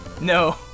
No